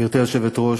גברתי היושבת-ראש,